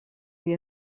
lui